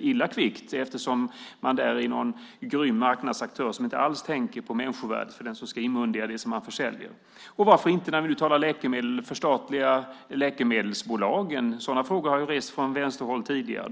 illa kvickt, eftersom man där är någon grym marknadsaktör som inte alls tänker på människovärdet för den som ska inmundiga det som man försäljer. Och varför inte, när vi nu talar om läkemedel, förstatliga läkemedelsbolagen? Sådana frågor har ju rests från vänsterhåll tidigare.